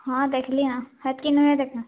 ହଁ ଦେଖିଲି ହେତ୍କି ନୁହେଁ ଦେଖା